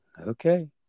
Okay